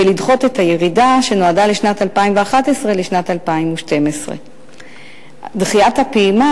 ולדחות את הירידה שנועדה לשנת 2011 לשנת 2012. דחיית הפעימה